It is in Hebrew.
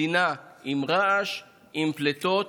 מדינה עם רעש, עם פליטות,